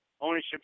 Ownership